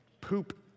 poop